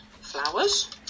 flowers